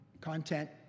content